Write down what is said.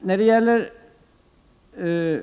Frågan om